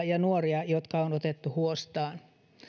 ja nuorten asemaa jotka on otettu huostaan